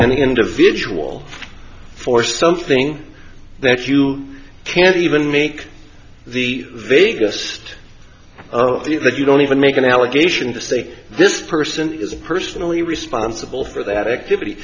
an individual for something that you can't even make the they just see that you don't even make an allegation to say this person is personally responsible for that activity